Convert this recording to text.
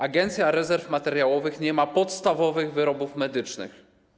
Agencja Rezerw Materiałowych nie ma podstawowych wyrobów medycznych.